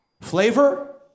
Flavor